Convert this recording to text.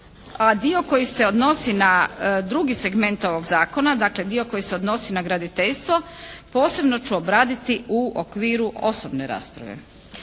dio koji se odnosi na drugi segment ovog zakona, dakle dio koji se odnosi na graditeljstvo posebno ću obraditi u okviru osobne rasprave.